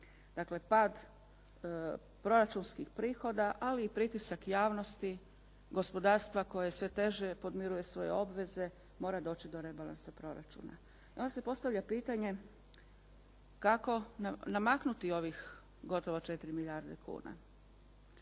Dakle, pada proračunskih prihoda, ali i pritisak javnosti gospodarstva koje sve teže podmiruje svoje obveze mora doći do rebalansa proračuna. I onda se postavlja pitanja kako namaknuti ovih gotovo 4 milijarde kuna?